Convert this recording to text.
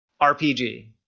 RPG